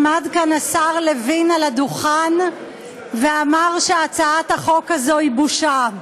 עמד כאן השר לוין על הדוכן ואמר שהצעת החוק הזאת היא בושה.